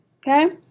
okay